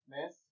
Miss